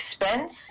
expense